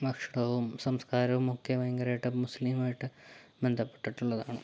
ഭക്ഷണവും സംസ്കാരവുമൊക്കെ ഭയങ്കരമായിട്ട് മുസ്ലിം ആയിട്ട് ബന്ധപ്പെട്ടിട്ടുള്ളതാണ്